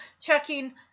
checking